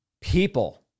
people